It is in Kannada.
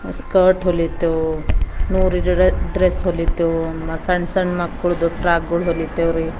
ಸ್ಕರ್ಟ್ ಹೊಲಿತೇವೆ ಡ್ರೆಸ್ ಹೊಲಿತೇವೆ ಸಣ್ಣ ಸಣ್ಣ ಮಕ್ಕಳದ್ದು ಫ್ರಾಕ್ಗಳು ಹೊಲಿತೇವೆ ರೀ